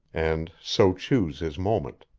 and so choose his moment.